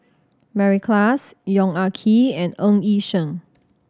Mary Klass Yong Ah Kee and Ng Yi Sheng